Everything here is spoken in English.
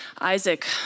Isaac